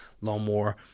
lawnmower